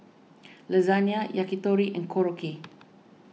Lasagna Yakitori and Korokke